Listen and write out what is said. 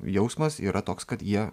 jausmas yra toks kad jie